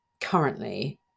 currently